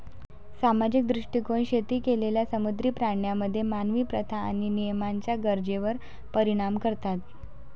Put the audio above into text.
सामाजिक दृष्टीकोन शेती केलेल्या समुद्री प्राण्यांमध्ये मानवी प्रथा आणि नियमांच्या गरजेवर परिणाम करतात